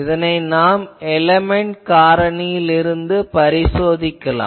இதனை நாம் array element காரணியில் இருந்து பரிசோதிக்கலாம்